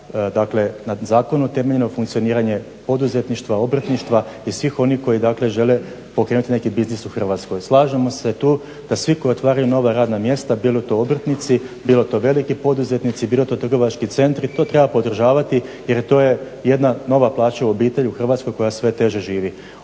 dakle na zakonu utemeljeno funkcioniranje poduzetništva, obrtništva i svih onih koji, dakle žele pokrenuti neki biznis u Hrvatskoj. Slažemo se tu da svi koji otvaraju nova radna mjesta bilo to obrtnici, bilo to veliki poduzetnici, bilo to trgovački centri to treba podržavati jer to je jedna nova plaća u obitelji u Hrvatskoj koja sve teže živi.